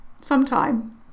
sometime